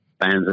fans